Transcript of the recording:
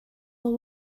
will